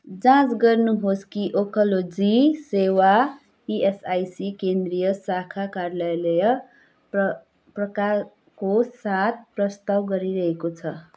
जाँच गर्नुहोस् कि ओङ्कोलोजी सेवा इएसआइसी केन्द्रीय शाखा कार्यालय प्र प्रकारको साथ प्रस्ताव गरिरहेको छ